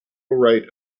write